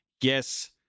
yes